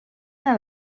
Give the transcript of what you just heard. neu